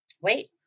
wait